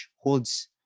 holds